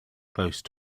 close